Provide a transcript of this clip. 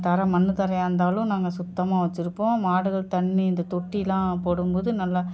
தரை மண்ணுத் தரையாக் இருந்தாலும் நாங்கள் சுத்தமாக வைச்சுருப்போம் மாடுகள் தண்ணி இந்தத் தொட்டியெலாம் போடும் போது நல்லா